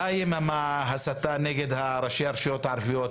די עם ההסתה נגד ראשי הרשויות הערביות.